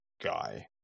guy